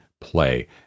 play